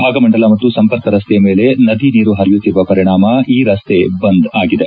ಭಾಗಮಂಡಲ ಮತ್ತು ಸಂಪರ್ಕ ರಸ್ತೆಯ ಮೇಲೆ ನದಿ ನೀರು ಹರಿಯುತ್ತಿರುವ ಪರಿಣಾಮ ಈ ರಸ್ತೆ ಬಂದ್ ಆಗಿದೆ